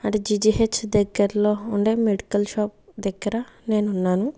అది జీజీహెచ్ దగ్గర్లో ఉండే మెడికల్ షాప్ దగ్గర నేనున్నాను